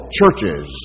churches